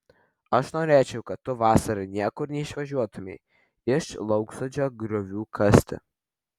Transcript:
aš norėčiau kad tu vasarą niekur neišvažiuotumei iš lauksodžio griovių kasti